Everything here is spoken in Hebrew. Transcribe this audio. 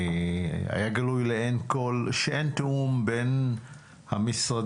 היה גלוי לעין כל שאין תיאום בין המשרדים,